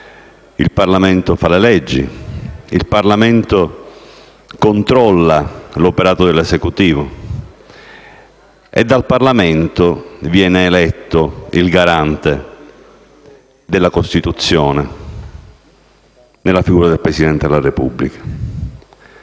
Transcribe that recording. il Parlamento fa le leggi; il Parlamento controlla l'operato dell'Esecutivo e dal Parlamento viene eletto il garante della Costituzione, nella figura del Presidente della Repubblica.